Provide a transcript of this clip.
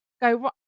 go